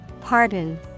Pardon